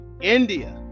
india